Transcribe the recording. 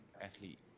athlete